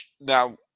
now